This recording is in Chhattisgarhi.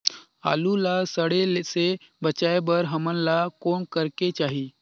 आलू ला सड़े से बचाये बर हमन ला कौन करेके चाही?